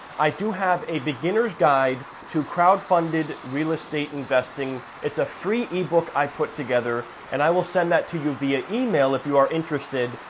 i do have a beginner's guide to crowdfunded real estate investing. it's a free ebook i put together, and i will send that to you via email if you are interested.